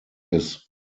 his